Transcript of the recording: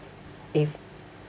if